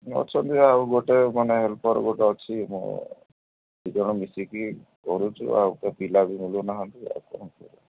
ଅଛନ୍ତି ଆଉ ଗୋଟେ ମାନେ ହେଲ୍ପର ଗୋଟେ ଅଛି ମୁଁ ଦୁଇଜଣ ମିଶିକି କରୁଛୁ ଆଉ ତ ପିଲା ବି ମିଳୁନାହାଁନ୍ତି ଆଉ କ'ଣ କରିବୁ